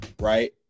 right